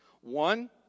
One